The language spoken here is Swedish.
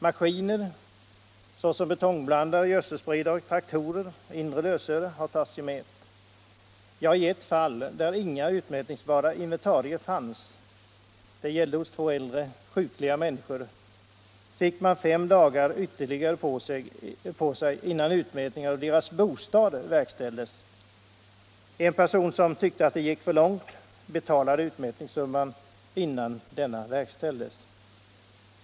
Maskiner, t.ex. betongblandare, gödselspridare och traktorer, liksom inre lösöre tas i mät. Ja, i ett fall där inga utmätningsbara inventarier fanns — det gällde två äldre sjukliga människor — fick man fem dagar ytterligare på sig innan utmätning av bostaden verkställdes. En person, som tyckte att det gick för långt, betalade utmätningssumman innan utmätningen verkställdes.